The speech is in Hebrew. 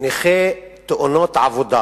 נכי תאונות עבודה,